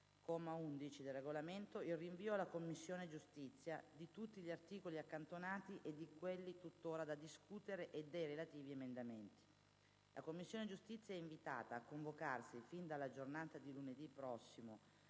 il rinvio alla Commissione giustizia di tutti gli articoli accantonati e di quelli tutt'ora da discutere e dei relativi emendamenti. La Commissione giustizia è invitata a convocarsi fin dalla giornata di lunedì prossimo